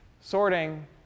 Sorting